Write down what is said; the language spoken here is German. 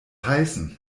heißen